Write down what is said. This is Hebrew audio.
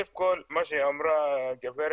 דבר ראשון, מה שאמרה גב'